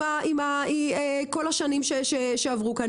עם כול השנים שעברו כאן,